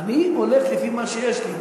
אני הולך לפי מה שיש לי.